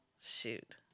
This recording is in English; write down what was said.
Shoot